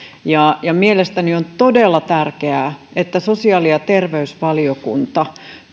mielestäni on todella tärkeää että sosiaali ja terveysvaliokunta